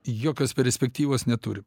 jokios perspektyvos neturi